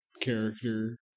character